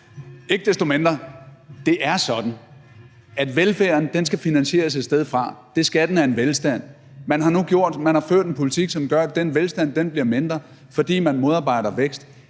Ikke desto mindre er det sådan, at velfærden skal finansieres et sted fra. Det skal den af en velstand. Man har ført en politik, som gør, at den velstand bliver mindre, fordi man modarbejder vækst.